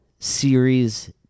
Series